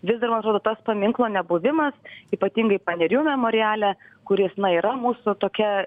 vis dar man atrodo tas paminklo nebuvimas ypatingai panerių memoriale kuris na yra mūsų tokia